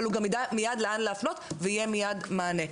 אבל הוא גם יידע מייד לאן להפנות ויהיה מיד מענה.